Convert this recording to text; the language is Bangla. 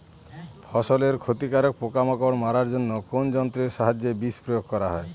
ফসলের ক্ষতিকর পোকামাকড় মারার জন্য কোন যন্ত্রের সাহায্যে বিষ প্রয়োগ করা হয়?